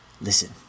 Listen